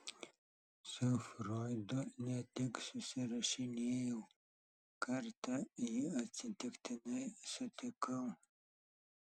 su froidu ne tik susirašinėjau kartą jį atsitiktinai sutikau